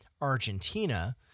Argentina